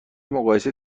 مقایسه